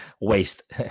waste